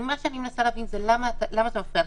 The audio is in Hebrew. איתן, מה שאני מנסה להבין זה למה זה מפריע לך.